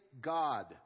God